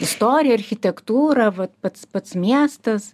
istorija architektūra vat pats pats miestas